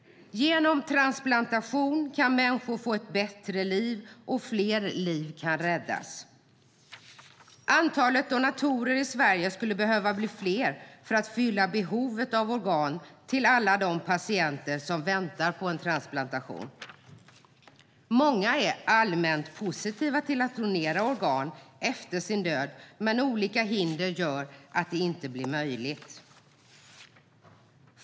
Genom transplantation kan människor få ett bättre liv, och fler liv kan räddas. Antalet donatorer i Sverige skulle behöva bli större för att kunna fylla behovet av organ till alla de patienter som väntar på en transplantation. Många är allmänt positiva till att donera organ efter sin död, men olika hinder gör att det inte blir möjligt.